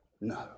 No